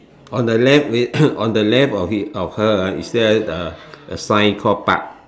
on the left on the left of he~ of her ah is there a a sign called park